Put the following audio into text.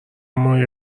ماهی